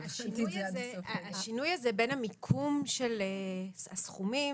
השינוי הזה בין המיקום של הסכומים,